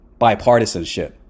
bipartisanship